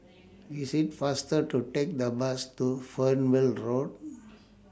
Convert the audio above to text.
IT IS faster to Take The Bus to Fernvale Road